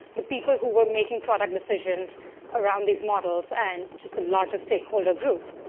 the people who were making product decisions around these models and just the larger stakeholder group.